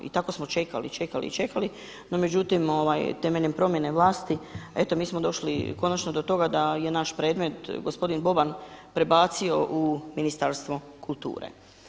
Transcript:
I tako smo čekali, čekali i čekali no međutim temeljem promjene vlasti eto mi smo došli konačno do toga da je naš predmet gospodin Boban prebacio u Ministarstvo kulture.